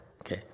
Okay